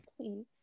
Please